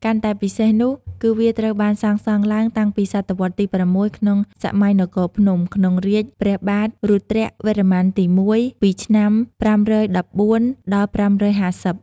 កាន់តែពិសេស នោះ គឺវាត្រូវបានសាងសង់ឡើងតាំងពីសតវត្សរ៍ទី៦ ក្នុងសម័យនគរភ្នំ ក្នុងរាជ្យព្រះបាទរុទ្រវរ្ម័នទី ១ ពី ឆ្នាំ ៥១៤-៥៥០។